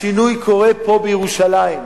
השינוי קורה פה בירושלים,